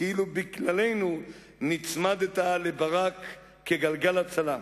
כאילו בגללנו נצמדת לברק כגלגל הצלה.